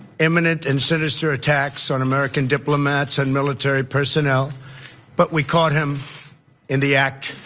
imminent and sinister attacks on american diplomats and military personnel but we caught him in the act